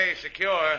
secure